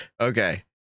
Okay